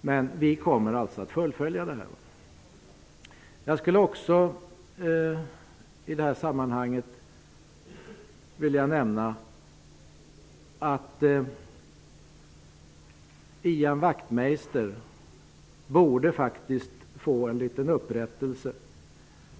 men vi kommer att fullfölja vår linje. Jag skulle också i detta sammanhang vilja nämna att Ian Wachtmeister faktiskt borde få en liten upprättelse.